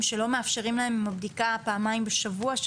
שלא מאפשרים להם בדיקה פעמיים בשבוע,